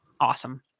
awesome